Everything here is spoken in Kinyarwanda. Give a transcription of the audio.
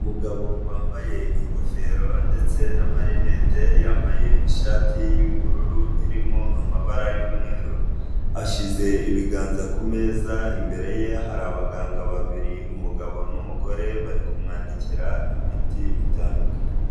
Umugabo wambaye ingofero ndetse na marinete, yambaye ishati y'ubururu irimo amabara y'umweru ashyize ibiganza kumeza, imbere ye hari abaganga babiri, umugabo n'umugore bari kumwandikira imiti itandukanye.